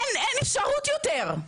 אין אפשרות יותר.